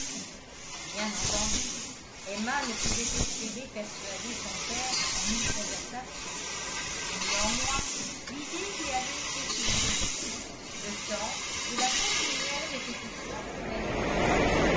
bien entendu emma ne pouvait espérer persuader son père en une conversation néanmoins l'idée lui avait été suggérée le temps et la continuelle répétition ferait le reste